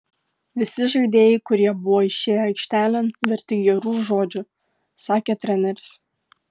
visi žaidėjai kurie buvo išėję aikštelėn verti gerų žodžių sakė treneris